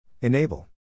Enable